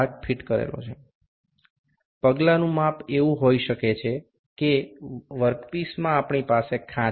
ধাপে ধাপে পরিমাপটি এমন হতে পারে যে আমাদের কাজের টুকরোটিতে খাঁজ আছে